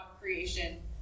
creation